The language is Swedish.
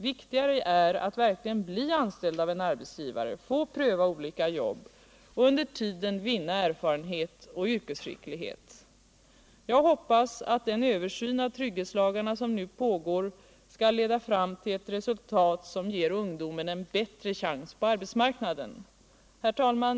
Viktigare är att verkligen bli anställd av en arbetsgivare, få pröva olika jobb och under tiden vinna erfarenhet och yrkesskicklighet. Jag hoppas att den översyn av trygghetsla garna som nu pågår skall leda fram till ett resultat som ger ungdomen en bättre chans på arbetsmarknaden. Herr talman!